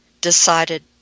decided